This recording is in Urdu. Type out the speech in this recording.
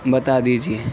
بتا دیجیے